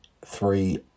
three